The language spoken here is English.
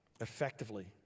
effectively